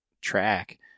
track